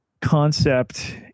concept